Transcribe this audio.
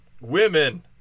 women